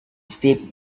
steve